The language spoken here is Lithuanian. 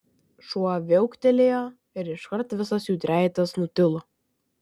šuo viauktelėjo ir iškart visas jų trejetas nutilo